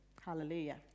Hallelujah